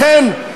לכן,